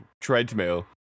treadmill